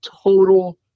total